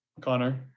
Connor